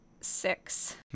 six